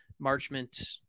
Marchment